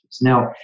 Now